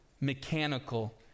mechanical